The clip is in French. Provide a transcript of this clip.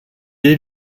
est